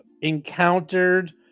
encountered